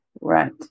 Right